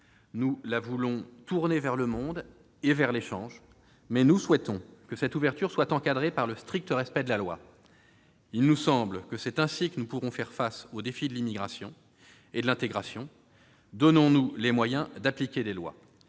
Nous la voulons tournée vers le monde et vers l'échange. Mais nous souhaitons que cette ouverture soit encadrée par le strict respect de la loi. Il nous semble que c'est ainsi que nous pourrons faire face aux défis de l'immigration et de l'intégration : donnons-nous les moyens d'appliquer les lois.